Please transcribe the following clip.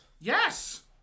Yes